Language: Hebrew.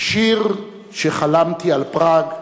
שיר שחלמתי על פראג,